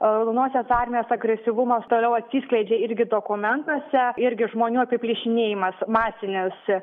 raudonosios armijos agresyvumas toliau atsiskleidžia irgi dokumentuose irgi žmonių apiplėšinėjimas masinis